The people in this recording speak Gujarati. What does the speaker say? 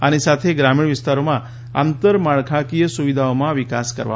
આની સાથે ગ્રામીણ વિસ્તારોમાં આંતરમાળખાકીય સુવિધાઓમાં વિકાસ કરવામાં આવશે